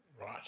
Right